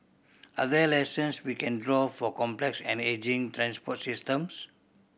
are there lessons we can draw for complex and ageing transport systems